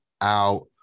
out